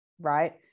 right